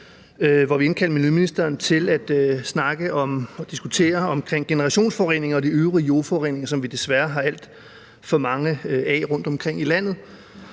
har indkaldt miljøministeren til at snakke om og diskutere generationsforurening og de øvrige jordforureninger, som vi desværre har alt for mange af rundtomkring i landet.